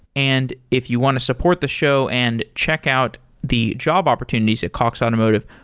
and if you want to support the show and check out the job opportunities at cox automotive,